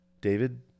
David